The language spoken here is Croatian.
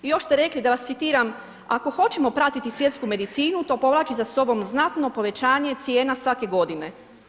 Još ste rekli, da vas citiram, ako hoćemo pratiti svjetsku medicinu, to povlači za sobom znatno povećanje cijena svake godine.